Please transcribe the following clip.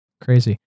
crazy